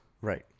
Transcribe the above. Right